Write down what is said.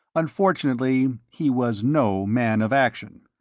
unfortunately, he was no man of action.